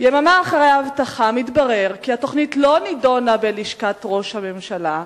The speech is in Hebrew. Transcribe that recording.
יממה אחרי ההבטחה מתברר כי התוכנית לא נדונה בלשכת ראש הממשלה,